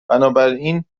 بنابراین